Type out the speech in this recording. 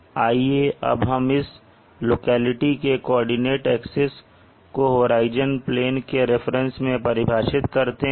आइए अब हम इस लोकेलिटी के कोऑर्डिनेट एक्सिस को होराइजन प्लेन के रेफरेंस में परिभाषित करते हैं